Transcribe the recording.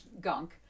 gunk